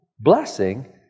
blessing